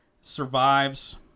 survives